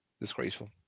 disgraceful